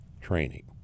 training